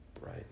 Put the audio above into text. Right